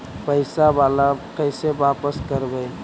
पैसा बाला कैसे बापस करबय?